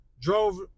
drove